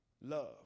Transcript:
Love